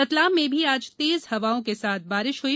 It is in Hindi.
रतलाम में भी आज तेज हवाओं के साथ बारिश हुई